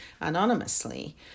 anonymously